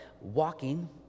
walking